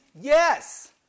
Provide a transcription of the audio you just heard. Yes